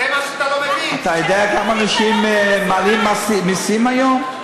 זה מה שאתה לא מבין ------ אתה יודע כמה אנשים מעלימים מסים היום?